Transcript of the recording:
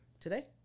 Today